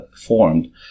formed